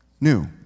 new